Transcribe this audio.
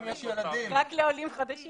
נוהל תוך שלושה שבועות.